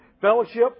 fellowship